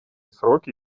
сроки